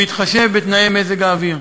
בהתחשב בתנאי מזג האוויר.